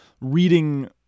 reading